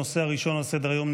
הנושא הראשון על סדר-היום,